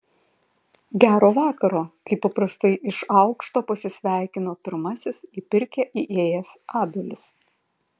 gero vakaro kaip paprastai iš aukšto pasisveikino pirmasis į pirkią įėjęs adolis